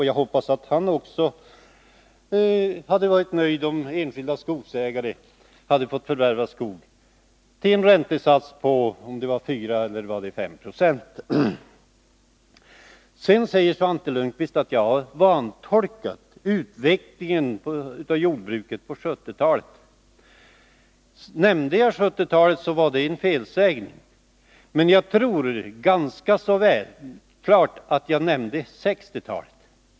Jag hoppas att Svante Lundkvist också varit nöjd, om enskilda skogsägare hade fått förvärva skog enligt en räntesats på 4 eller om det var 5 90. Svante Lundkvist säger att jag har vantolkat utvecklingen av jordbruket på 1970-talet. Sade jag 1970-talet, så var det en felsägning, men jag är ganska övertygad om att jag sade 1960-talet.